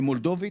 במולדבית,